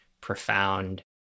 profound